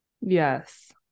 Yes